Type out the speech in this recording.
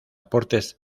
aportes